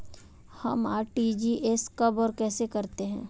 हम आर.टी.जी.एस कब और कैसे करते हैं?